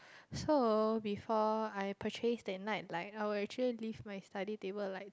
so before I purchased that nightlight I will actually leave my study table light